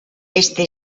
este